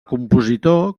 compositor